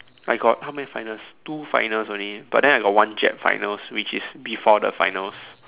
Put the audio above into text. I got how many finals two finals only but then I got one Jap finals which is before the finals